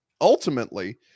ultimately